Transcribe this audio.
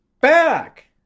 back